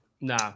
Nah